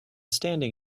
standing